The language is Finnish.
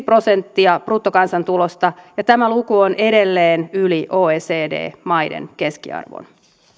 prosenttia bruttokansantulosta ja tämä luku on edelleen yli oecd maiden keskiarvon